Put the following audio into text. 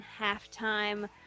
halftime